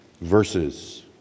verses